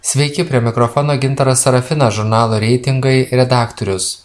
sveiki prie mikrofono gintaras sarafinas žurnalo reitingai redaktorius